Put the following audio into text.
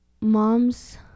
mom's